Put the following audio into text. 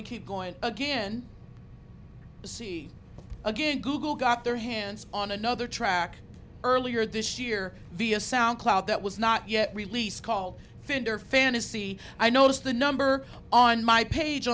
me keep going again to see again google got their hands on another track earlier this year via sound cloud that was not yet released call finger fantasy i noticed the number on my page